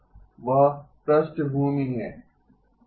वह पृष्ठभूमि है